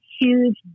huge